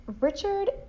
Richard